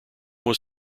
was